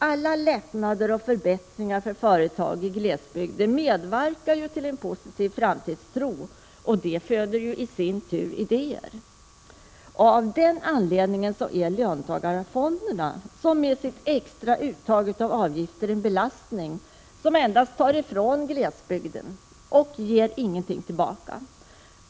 Alla lättnader och förbättringar för företag i glesbygd medverkar till en positiv framtidstro, och det föder i sin tur idéer. Av den anledningen är löntagarfonderna, med sitt extra uttag av avgifter, en belastning som endast tar från glesbygden och inget ger tillbaka.